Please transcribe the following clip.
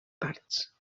parts